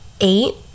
eight